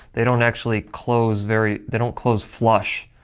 they don't actually close very, they don't close flush,